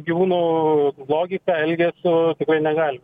gyvūnų logika elgesiu tikrai negalim